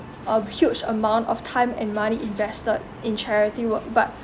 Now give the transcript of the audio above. a huge amount of time and money invested in charity work but